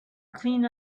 clean